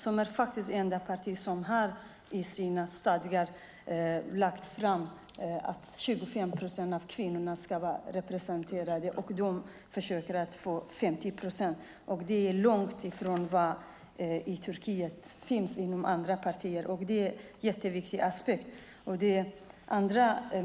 Det är faktiskt det enda parti i vars stadgar det står att kvinnorna ska vara representerade med 25 procent. Detta parti försöker få 50 procent. Det är långt ifrån vad som finns inom andra partier i Turkiet. Det är en viktig aspekt.